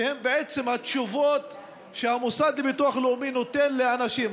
שהם בעצם התשובות שהמוסד לביטוח לאומי נותן לאנשים,